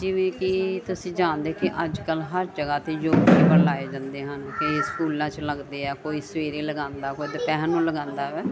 ਜਿਵੇਂ ਕਿ ਤੁਸੀਂ ਜਾਣਦੇ ਕਿ ਅੱਜ ਕੱਲ੍ਹ ਹਰ ਜਗ੍ਹਾ 'ਤੇ ਜੋ ਲਾਏ ਜਾਂਦੇ ਹਨ ਕਈ ਸਕੂਲਾਂ 'ਚ ਲੱਗਦੇ ਆ ਕੋਈ ਸਵੇਰੇ ਲਗਾਉਂਦਾ ਕੋਈ ਦੁਪਹਿਰ ਨੂੰ ਲਗਾਉਂਦਾ